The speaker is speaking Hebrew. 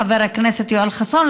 חבר הכנסת יואל חסון,